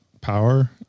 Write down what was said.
power